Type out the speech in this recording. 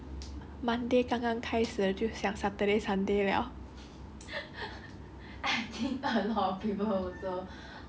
this is like me like monday to friday 要读书 right monday 刚刚开始就想 saturday sunday liao